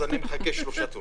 אז אני מחכה שלושה תורים.